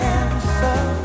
answer